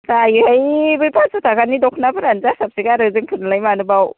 जायोहाय बै पास छ' टाकानि दख'नाफोरानो जासाबसो गारो जोंफोरनोलाय मानोबाव